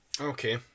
okay